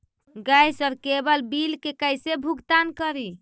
Gas और cable bill के कैसे भुगतान करी?